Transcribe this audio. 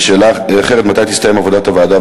ושאלה אחרת: מתי תסתיים עבודת הוועדה